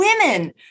women